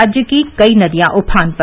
राज्य की कई नदियां उफान पर